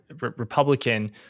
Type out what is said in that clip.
Republican